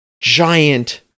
giant